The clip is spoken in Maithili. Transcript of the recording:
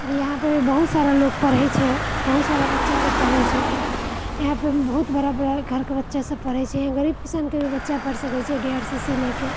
आओर यहाँ पर बहुतसारा लोक पढ़ए छै बहुत सारा बच्चालोक पढ़ए छै यहाँ पर बहुत बड़ा बड़ा घरक बच्चासभ पढ़ए छै गरीब किसानके बच्चा भी पढ़ि सकैत छै डी आर सी सी लएके